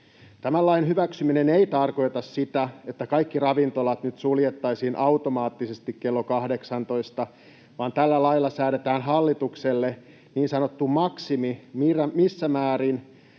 Tämän lain hyväksyminen ei tarkoita sitä, että kaikki ravintolat nyt suljettaisiin automaattisesti kello 18, vaan tällä lailla säädetään hallitukselle niin sanottu maksimi, missä määrin